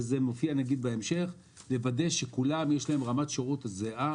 וזה מופיע בהמשך: לוודא שלכולם יש רמת שירות זהה,